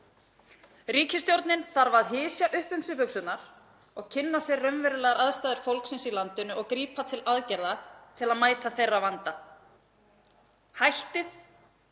Ríkisstjórnin þarf að hysja upp um sig buxurnar og kynna sér raunverulegar aðstæður fólksins í landinu og grípa til aðgerða til að mæta þeim vanda. Hættið